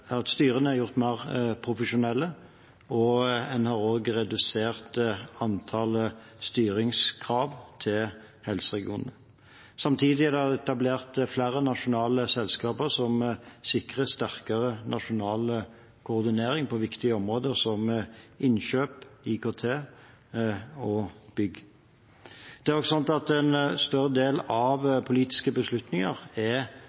sykehusplanen. Styrene er gjort mer profesjonelle, og en har også redusert antallet styringskrav til helseregionene. Samtidig er det etablert flere nasjonale selskaper som sikrer sterkere nasjonal koordinering på viktige områder som innkjøp, IKT og bygg. Det er også slik at en større del av de politiske beslutningene er